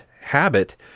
habit